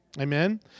Amen